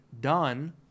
done